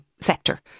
sector